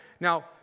now